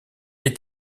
est